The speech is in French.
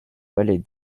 vallée